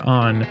on